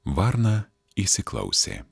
varna įsiklausė